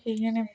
ठीक ऐ नी